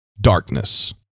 darkness